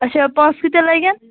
اچھا پۅنٛسہٕ کٍتیٛاہ لگن